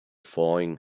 falling